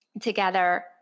together